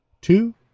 two